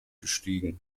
gestiegen